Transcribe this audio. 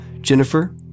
Jennifer